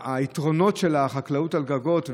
היתרונות של החקלאות על גגות,